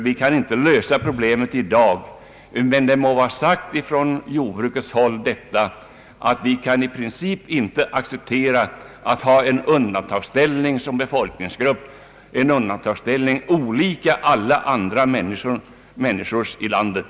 Vi kan inte lösa problemet i dag, men det må vara sagt från jordbrukets håll att vi i princip inte kan acceptera att ha en undantagsställning som befolkningsgrupp — en ställning olik alla andra människors i landet.